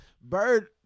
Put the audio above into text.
Bird